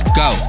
go